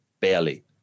Barely